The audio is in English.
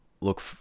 look